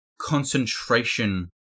concentration